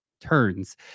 turns